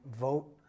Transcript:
vote